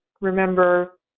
Remember